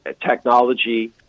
technology